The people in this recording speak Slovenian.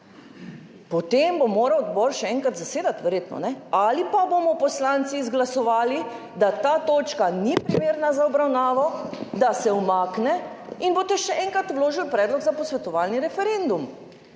potem bo moral odbor še enkrat zasedati, verjetno, ali pa bomo poslanci izglasovali, da ta točka ni primerna za obravnavo, da se umakne in boste še enkrat vložili predlog za posvetovalni referendum.